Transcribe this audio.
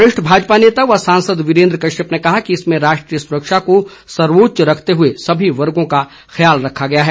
वरिष्ठ भाजपा नेता व सांसद वीरेन्द्र कश्यप ने कहा कि इसमें राष्ट्रीय सुरक्षा को सर्वोच्च रखते हुए सभी वर्गों का ख्याल रखा गया है